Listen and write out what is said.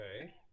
Okay